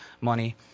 money